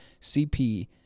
CP